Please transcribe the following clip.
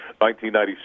1996